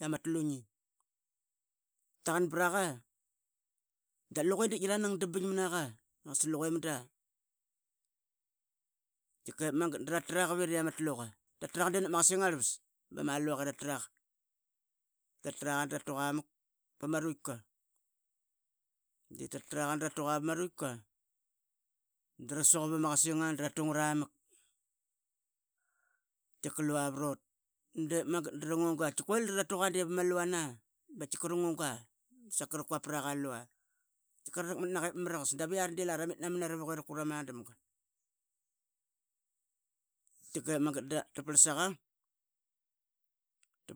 Yiama tlu ngi, taqan braqa da lugue ngiranangmanga de diip bing mna qa. Qas luge mnda tkikep magat dra traqa virl ama tlu qa. ta tra qa nap ma qasing arvas bama luge ratra qa. Ta traqa dra tuqa mak pama ruitkqa eta traqe dra pama ruitkqa dra suqap ama qasinga dra tungra mak tki qa prot dep magmat dra ngunga prama luanatkiqa tngunga saka raquap praqa tkiqa traqmat naqe ma mraqas. Dap yiari da lara man namanara vuk i rakut ama damga. tki qep magat dra parl saqa ta